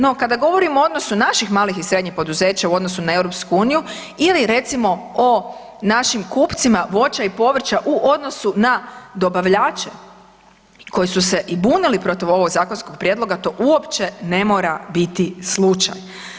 No kada govorimo o odnosu naših malih i srednjih poduzeća u odnosu na EU ili recimo o našim kupcima voća i povrća u odnosu na dobavljače koji su se i bunili protiv ovog zakonskog prijedloga, to uopće ne mora biti slučaj.